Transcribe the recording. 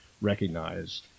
recognize